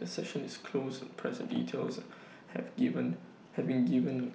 the session is closed press details have given have been given